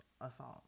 assault